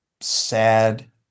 sad